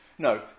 No